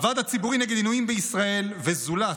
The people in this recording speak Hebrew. הוועד הציבורי נגד עינויים בישראל ו"זולת",